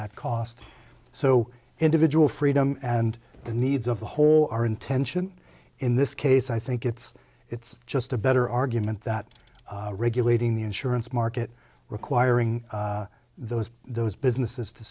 that cost so individual freedom and the needs of the whole are intention in this case i think it's it's just a better argument that regulating the insurance market requiring those those businesses to